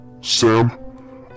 Sam